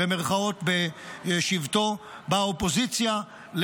בשבתו באופוזיציה,